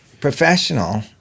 professional